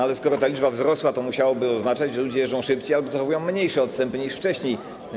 Ale skoro ta liczba wzrosła, to musiałoby to oznaczać, że ludzie jeżdżą szybciej albo zachowują mniejsze odstępy niż wcześniej.